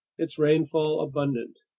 its rainfall abundant.